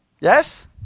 Yes